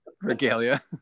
regalia